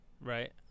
Right